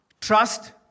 Trust